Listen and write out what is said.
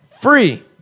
free